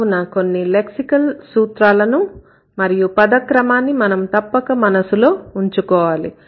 కావున కొన్ని లెక్సికల్ సూత్రాలను మరియు పదక్రమాన్ని మనం తప్పక మనసులో ఉంచుకోవాలి